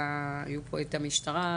היו פה את המשטרה,